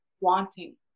wanting